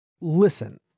Listen